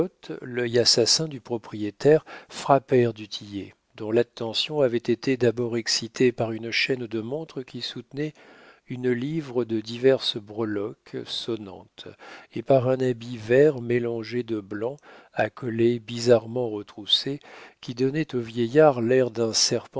l'œil assassin du propriétaire frappèrent du tillet dont l'attention avait été d'abord excitée par une chaîne de montre qui soutenait une livre de diverses breloques sonnantes et par un habit vert mélangé de blanc à collet bizarrement retroussé qui donnaient au vieillard l'air d'un